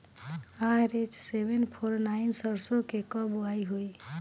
RH seven four nine सरसो के कब बुआई होई?